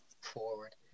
forward